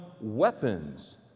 weapons